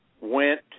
went